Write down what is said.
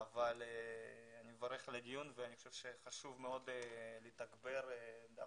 אבל אני מברך על הדיון ואני חושב שחשוב מאוד לתגבר דווקא